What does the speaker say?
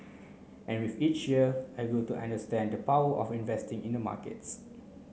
and with each year I grew to understand the power of investing in the markets